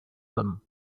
them